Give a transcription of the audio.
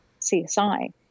CSI